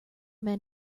men